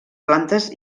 plantes